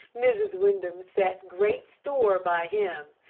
mrs. windham set great store by him,